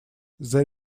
there